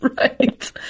Right